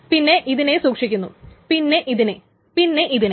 പിന്നെ ഇതിനെ സൂക്ഷിക്കുന്നു പിന്നെ ഇതിനെ പിന്നെ ഇതിനെ